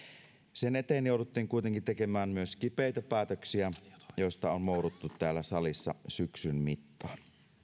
sen eteen jouduttiin kuitenkin tekemään myös kipeitä päätöksiä joista on mouruttu täällä salissa syksyn mittaan